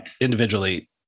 individually